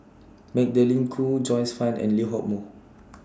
Magdalene Khoo Joyce fan and Lee Hock Moh